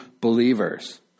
believers